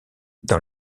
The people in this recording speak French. dans